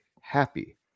happy